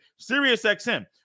SiriusXM